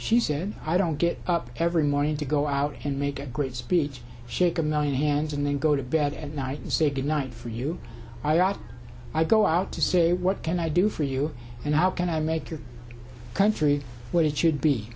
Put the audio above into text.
she said i don't get up every morning to go out and make a great speech shake a million hands and then go to bed at night and say good night for you i go out to say what can i do for you and how can i make your country what it should be